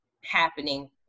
happening